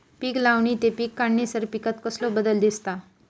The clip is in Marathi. पीक लावणी ते पीक काढीसर पिकांत कसलो बदल दिसता?